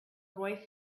boy